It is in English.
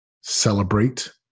celebrate